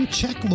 check